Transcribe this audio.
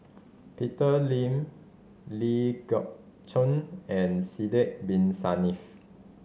Peter Lee Ling Geok Choon and Sidek Bin Saniff